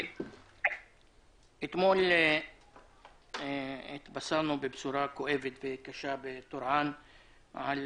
אתמול התבשרנו בבשורה קשה וכואבת בטורעאן על